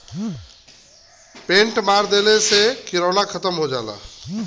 paint मार देहले से किरौना खतम हो जाला